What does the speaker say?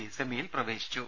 C സെമിയിൽ പ്രവേ ശിച്ചു